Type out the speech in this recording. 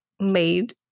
made